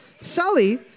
Sully